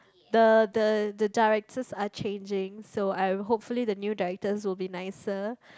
the the the directors are changing so I hopefully the new directors will be nicer